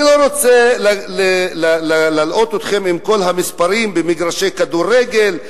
אני לא רוצה להלאות אתכם בכל המספרים במגרשי כדורגל,